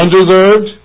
undeserved